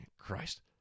Christ